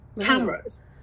cameras